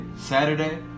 Saturday